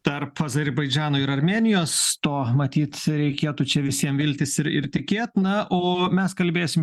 tarp azerbaidžano ir armėnijos to matyt reikėtų čia visiem viltis ir ir tikėt na o mes kalbėsim